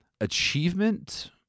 Achievement